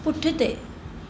पुठिते